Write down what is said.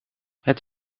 het